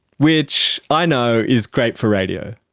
which, i know, is great for radio.